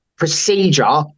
procedure